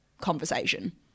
conversation